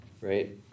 right